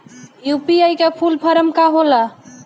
UPI का full form का होला?